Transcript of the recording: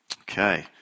Okay